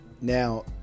Now